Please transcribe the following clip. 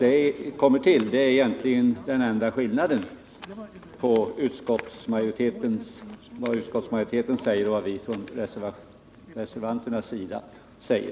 Detta är egentligen den enda skillnaden mellan vad utskottsmajoriteten och vi reservanter säger.